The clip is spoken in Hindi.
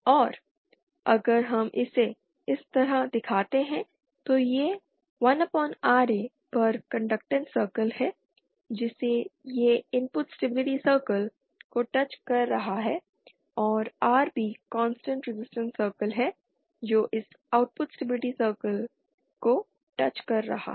और अगर हम इसे इस तरह दिखाते हैं तो यह 1Ra पर कंडक्टैंस सर्कल है जिसे यह इनपुट स्टेबिलिटी सर्किल को टच कर रहा है और Rb कांस्टेंट रेजिस्टेंस सर्कल है जो इस आउटपुट स्टेबिलिटी सर्किल को टच कर रहा है